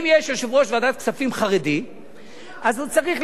אם יש יושב-ראש ועדת כספים חרדי,